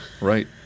right